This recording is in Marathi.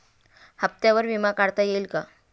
हप्त्यांवर विमा काढता येईल का?